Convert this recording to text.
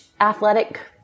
athletic